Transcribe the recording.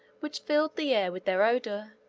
which filled the air with their odor.